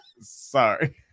sorry